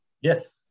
Yes